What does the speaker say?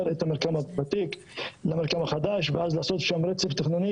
את המרקם הוותיק למרקם החדש ואז לעשות שם רצף תכנוני,